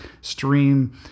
stream